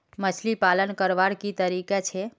मछली पालन करवार की तरीका छे?